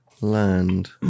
land